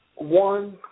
one